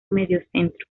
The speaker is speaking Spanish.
mediocentro